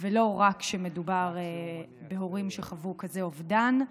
ולא רק כשמדובר בהורים שחוו כזה אובדן.